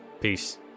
peace